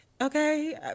Okay